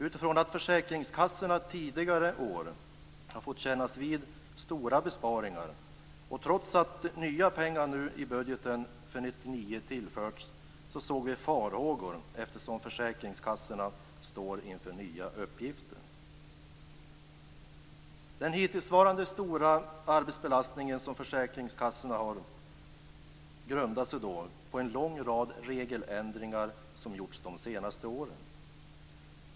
Utifrån att försäkringskassorna tidigare år har fått kännas vid stora besparingar och trots att nya pengar i budgeten för 1999 tillförts, såg vi farhågor eftersom försäkringskassorna står inför nya uppgifter. Försäkringskassornas hittillsvarande stora arbetsbelastning grundar sig på en lång rad regeländringar som gjorts de senaste åren.